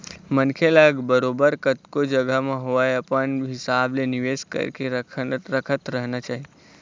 मनखे ल बरोबर कतको जघा म होवय अपन हिसाब ले निवेश करके रखत रहना चाही